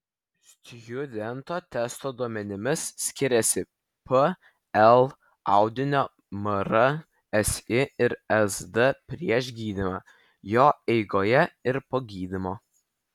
stjudento testo duomenimis skiriasi pl audinio mr si ir sd prieš gydymą jo eigoje ir po gydymo